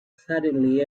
suddenly